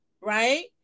right